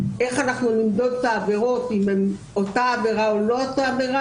איך אנחנו נמדוד את העבירות אם הן אותה עבירה או לא אותה עבירה.